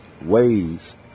ways